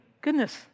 goodness